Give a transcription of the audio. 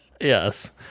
Yes